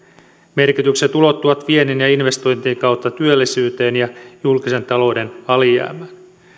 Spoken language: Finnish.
merkitykset ulottuvat viennin ja investointien kautta työllisyyteen ja julkisen talouden alijäämään